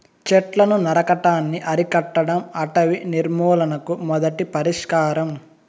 చెట్లను నరకటాన్ని అరికట్టడం అటవీ నిర్మూలనకు మొదటి పరిష్కారం